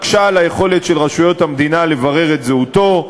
מקשה על רשויות המדינה לברר את זהותו,